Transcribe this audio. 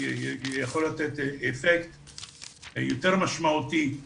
זה יכול לתת אפקט יותר משמעותי לדעתי.